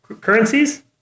currencies